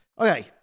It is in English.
Okay